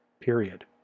period